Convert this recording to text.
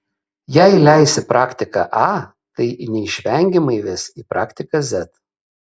jei leisi praktiką a tai neišvengiamai ves į praktiką z